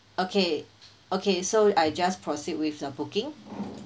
okay okay so I just proceed with the booking